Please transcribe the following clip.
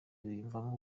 biyumvamo